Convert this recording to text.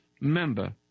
member